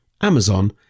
Amazon